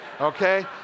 Okay